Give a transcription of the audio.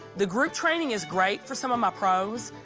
the group training is great for some of my pros.